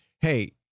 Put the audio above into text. Hey